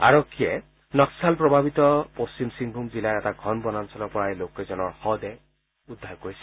আৰক্ষীয়ে নক্সাল প্ৰভাৱিত পশ্চিম সিংভুম জিলাৰ এটা ঘন বনাঞ্চলৰ পৰা এই লোককেইজনৰ শৱদেহ উদ্ধাৰ কৰিছিল